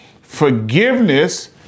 Forgiveness